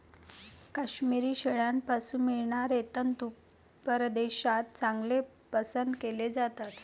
काश्मिरी शेळ्यांपासून मिळणारे तंतू परदेशात चांगलेच पसंत केले जातात